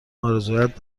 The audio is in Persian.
آرزوهایت